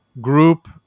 group